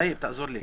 טייב, תעזור לי.